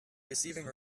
receiving